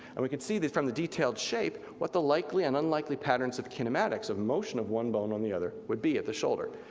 and we can see from the detailed shape, what the likely and unlikely patterns of kinematics, of motion of one bone on the other would be at the shoulder.